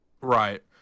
Right